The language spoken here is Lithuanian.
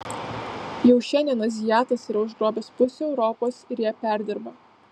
jau šiandien azijatas yra užgrobęs pusę europos ir ją perdirba